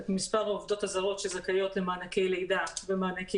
יש לנו את מספר העובדות הזרות שזכאיות למענקי לידה ומענקי